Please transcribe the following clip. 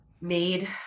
made